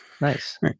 nice